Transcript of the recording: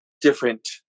different